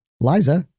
Liza